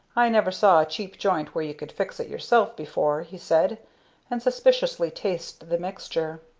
i never saw a cheap joint where you could fix it yourself, before, he said and suspiciously tasted the mixture.